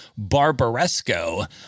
Barbaresco